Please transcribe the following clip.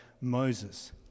moses